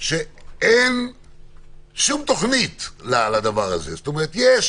שאין שום תוכנית לדבר הזה, כלומר יש